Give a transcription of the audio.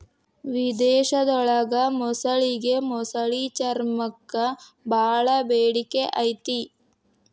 ವಿಧೇಶದೊಳಗ ಮೊಸಳಿಗೆ ಮೊಸಳಿ ಚರ್ಮಕ್ಕ ಬಾಳ ಬೇಡಿಕೆ ಐತಿ